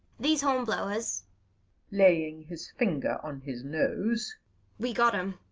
these hornblowers laying his finger on his nose we've got em!